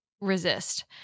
resist